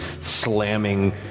slamming